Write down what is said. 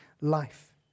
life